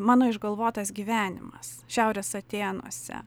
mano išgalvotas gyvenimas šiaurės atėnuose